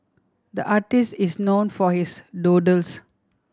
the artist is known for his doodles